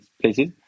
places